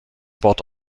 wort